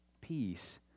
Peace